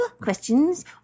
questions